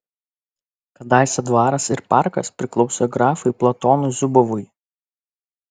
kadaise dvaras ir parkas priklausė grafui platonui zubovui